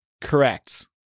correct